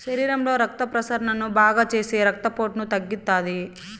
శరీరంలో రక్త ప్రసరణను బాగాచేసి రక్తపోటును తగ్గిత్తాది